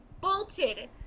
bolted